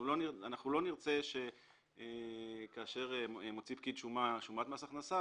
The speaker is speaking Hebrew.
אנחנו לא נרצה שכאשר פקיד שומה מוציא שומת מס הכנסה,